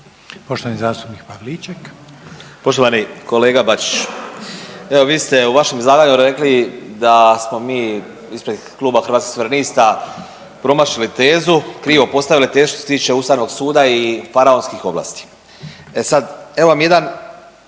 (Hrvatski suverenisti)** Poštovani kolega Bačić, evo vi ste u vašem izlaganju rekli da smo mi ispred kluba Hrvatskih suverenista promašili tezu, krivo postavili tezu što se tiče Ustavnog suda i faraonskih ovlasti. E sad, evo vam jedan